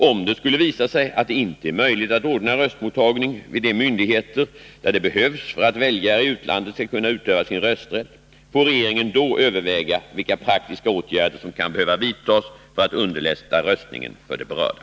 Om det skulle visa sig att det inte är möjligt att ordna röstmottagning vid de myndigheter där det behövs för att väljare i utlandet skall kunna utöva sin rösträtt, får regeringen då överväga vilka praktiska åtgärder som kan behöva vidtas för att underlätta röstningen för de berörda.